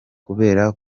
kubera